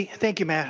thank you mme. ah